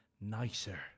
nicer